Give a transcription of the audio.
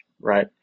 right